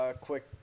quick